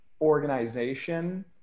organization